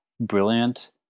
brilliant